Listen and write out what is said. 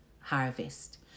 harvest